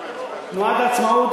תנועת העצמאות,